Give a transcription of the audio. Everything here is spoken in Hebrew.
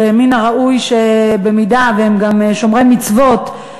שמן הראוי שאם הם גם שומרי מצוות,